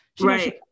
right